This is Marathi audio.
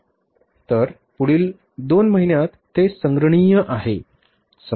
तर पुढील 2 महिन्यांत ते संग्रहणीय आहे